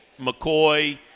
McCoy –